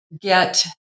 get